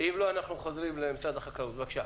משרד החקלאות, בבקשה.